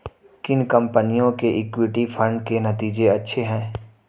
किन कंपनियों के इक्विटी फंड के नतीजे अच्छे हैं?